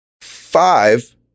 Five